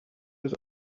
des